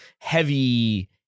heavy